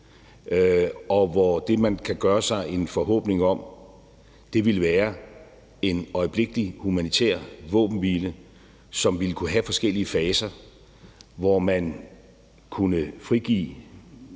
og hvor det, man kan gøre sig en forhåbning om, ville være en øjeblikkelig humanitær våbenhvile, som ville kunne have forskellige faser, hvor man kunne frigive